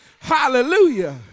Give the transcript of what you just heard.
Hallelujah